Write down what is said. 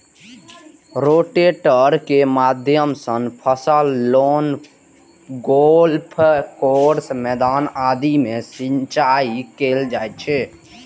rotator के माध्यम सं फसल, लॉन, गोल्फ कोर्स, मैदान आदि मे सिंचाइ कैल जाइ छै